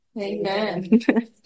Amen